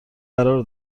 قرار